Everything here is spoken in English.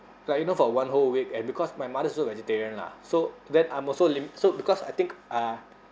like you know for one whole week and because my mother's also vegetarian lah so then I'm also li~ so because I think uh